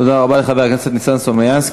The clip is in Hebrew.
תודה רבה לחבר הכנסת ניסן סלומינסקי.